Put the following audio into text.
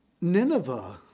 Nineveh